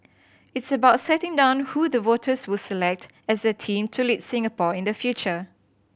it's about setting down who the voters will select as their team to lead Singapore in the future